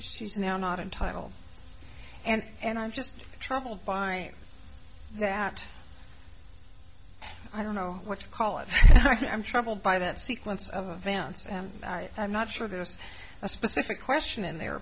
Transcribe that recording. she's now not in title and i'm just troubled by that i don't know what to call it i'm troubled by that sequence of events and i'm not sure there was a specific question in there